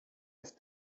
ist